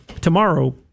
tomorrow